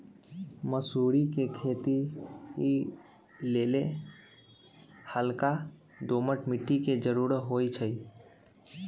मसुरी कें खेति लेल हल्का दोमट माटी के जरूरी होइ छइ